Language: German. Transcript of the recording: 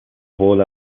wohl